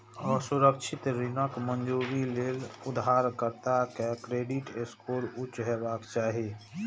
असुरक्षित ऋणक मंजूरी लेल उधारकर्ता के क्रेडिट स्कोर उच्च हेबाक चाही